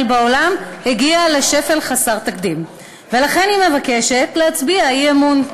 בעולם הגיע לשפל חסר תקדים ולכן היא מבקשת להצביע אי-אמון.